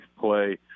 play